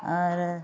आओर